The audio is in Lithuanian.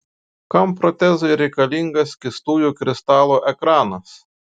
kam protezui reikalingas skystųjų kristalų ekranas